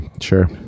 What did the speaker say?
sure